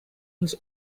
his